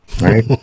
right